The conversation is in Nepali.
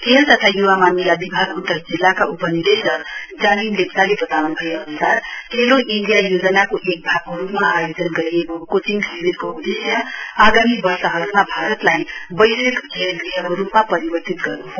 खेल तथा युवा मामिला विभाग उत्तर जिल्लाका उप निदेशक जानिम लेप्चाले वताउन् भए अनुसार खेलो इण्डिया योजनाको एक भागको रुपमा आयोजन गरिएको कोचिङ शिविरको उदेश्य आगामी वर्षहरुमा भारतलाई वैश्विक खेलगृहको रुपमा परिवर्तित गर्नु हो